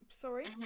Sorry